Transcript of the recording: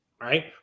right